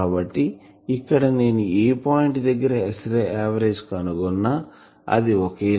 కాబట్టి ఇక్కడ నేను ఏ పాయింట్ దగ్గర S ఆవరేజ్ కనుగొన్న అది ఒకేలా ఉంటుంది